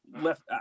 left